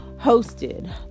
Hosted